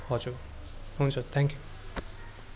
हजुर हुन्छ थ्याङ्क्यु